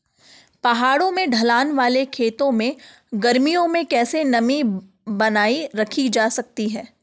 पहाड़ों में ढलान वाले खेतों में गर्मियों में कैसे नमी बनायी रखी जा सकती है?